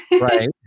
Right